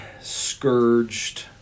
scourged